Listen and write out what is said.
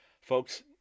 folks